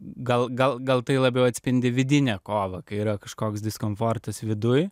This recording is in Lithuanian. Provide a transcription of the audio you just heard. gal gal gal tai labiau atspindi vidinę kovą kai yra kažkoks diskomfortas viduj